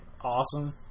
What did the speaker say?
awesome